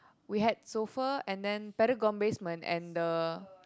we had Souffle and then Paragon basement and the